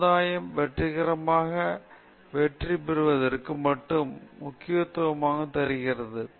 சமுதாயம் வெற்றிகரமாக வெற்றி பெறுவதற்கு மட்டுமே முக்கியத்துவம் தருகிறது